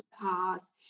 pass